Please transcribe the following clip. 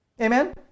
Amen